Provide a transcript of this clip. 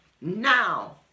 now